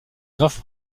grave